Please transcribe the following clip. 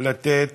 לתת